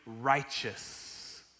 righteous